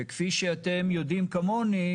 וכפי שאתם יודעים כמוני,